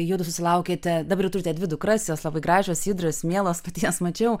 judu susilaukėte dabar jau turite dvi dukras jos labai gražios judrios mielos pati jas mačiau